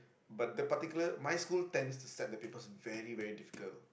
but the particular my school tends to set the papers very very difficult